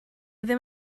ddim